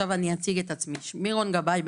אני אציג את עצמי: שמי רון גבאי,